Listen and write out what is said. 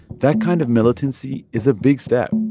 that kind of militancy is a big step.